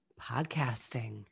podcasting